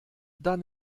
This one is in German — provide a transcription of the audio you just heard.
dann